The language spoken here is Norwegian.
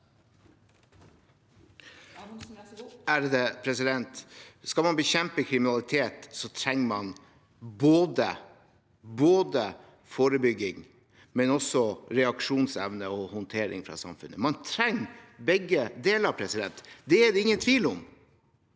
(FrP) Skal man bekjempe kriminalitet, trenger man både forebygging og reaksjonsevne og håndtering fra samfunnet. Man trenger begge deler. Det er det ingen tvil om.